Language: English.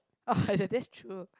that's true